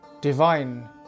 divine